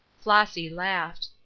flossy laughed.